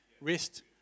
Rest